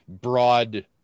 broad